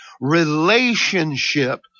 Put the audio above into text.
relationship